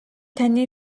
таны